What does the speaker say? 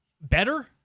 Better